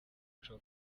muco